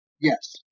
Yes